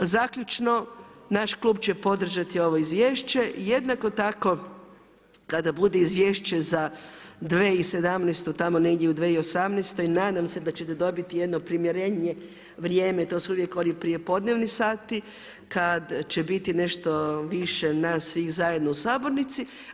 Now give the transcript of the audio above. Zaključno, naš klub će podržati ovo izvješće i jednako tako kada bude Izvješće za 2017. tamo negdje u 2018. nadam se da ćete dobiti jedno primjerenije vrijeme, to su uvijek oni prijepodnevni sati, kad će biti nešto više nas svih zajedno u Sabornici.